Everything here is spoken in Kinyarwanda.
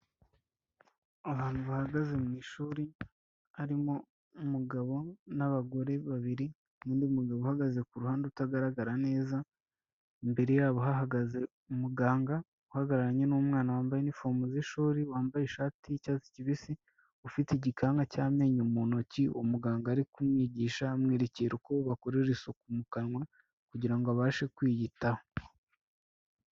Abantu bahagaze mu ishuri, harimo umugabo n'abagore babiri, n'undi mugabo uhagaze ku ruhande utagaragara neza, imbere yabo hahagaze umuganga uhagararanye n'umwana wambaye inifomu z'ishuri, wambaye ishati y'icyatsi kibisi, ufite igikanka cy'amenyo mu ntoki, umuganga ari kumwigisha amwerekera uko bakorera isuku mu kanwa, kugira ngo abashe kwiyitaho.